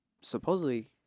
supposedly